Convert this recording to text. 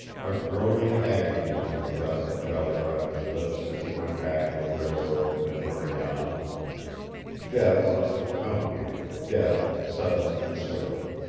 a groaning agony was in the breath of jolly roger's lips as he went back to the railroad and hurried on death must have come here, death sudden and swift.